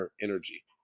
energy